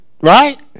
Right